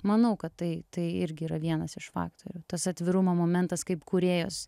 manau kad tai tai irgi yra vienas iš faktorių tas atvirumo momentas kaip kūrėjos